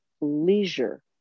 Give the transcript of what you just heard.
leisure